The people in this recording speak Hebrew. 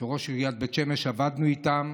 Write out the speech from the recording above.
כראש עיריית בית שמש, עבדנו איתם